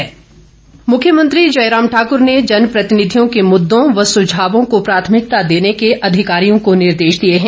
विघायक बैठकें मुख्यमंत्री जयराम ठाकुर ने जनप्रतिनिधियों के मुद्दों व सुझावों को प्राथमिकता देने के अधिकरियों को निर्देश दिए हैं